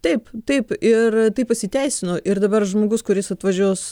taip taip ir tai pasiteisino ir dabar žmogus kuris atvažiuos